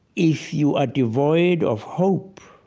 if you are devoid of hope